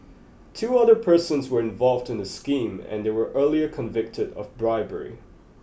two other persons were involved in the scheme and they were earlier convicted of bribery